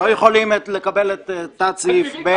לא יכולים לקבל את תת סעיף (ב).